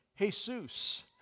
Jesus